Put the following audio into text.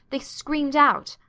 they screamed out.